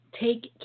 take